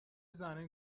زنه